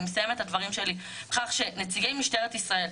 אני מסיימת את הדברים שלי בכך שנציגי משטרת ישראל,